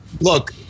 Look